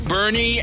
Bernie